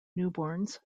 newborns